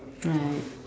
right